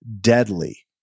deadly